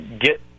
get